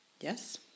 Yes